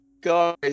Guys